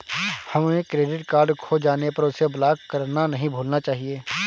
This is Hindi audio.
हमें क्रेडिट कार्ड खो जाने पर उसे ब्लॉक करना नहीं भूलना चाहिए